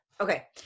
Okay